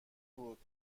بود